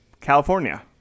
california